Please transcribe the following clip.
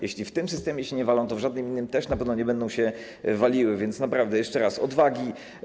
Jeśli w tym systemie się nie walą, to w żadnym innym też na pewno nie będą się waliły, więc naprawdę, jeszcze raz: odwagi!